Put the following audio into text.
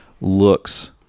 looks